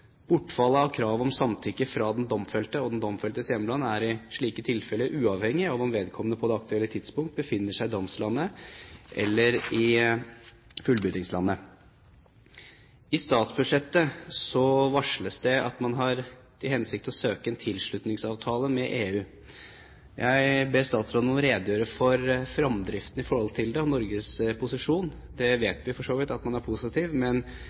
av kravet om samtykke fra den domfelte og den domfeltes hjemland er i slike tilfeller uavhengig av om vedkommende på det aktuelle tidspunkt befinner seg i domslandet eller i fullbyrdingslandet. I statsbudsjettet varsles det at man har til hensikt å søke om en tilslutningsavtale med EU. Jeg ber statsråden om å redegjøre for fremdriften og Norges posisjon – som vi for så vidt vet at man er positiv